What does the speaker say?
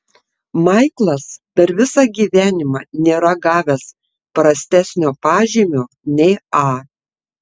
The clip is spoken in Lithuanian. maiklas per visą gyvenimą nėra gavęs prastesnio pažymio nei a